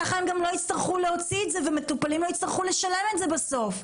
המטופלים לא יצטרכו לשלם את זה בסוף.